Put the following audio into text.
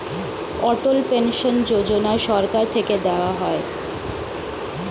অটল pension যোজনা সরকার থেকে দেওয়া হয়